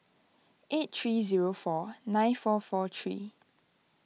eight three zero four nine four four three